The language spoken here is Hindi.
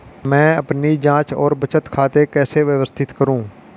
मैं अपनी जांच और बचत खाते कैसे व्यवस्थित करूँ?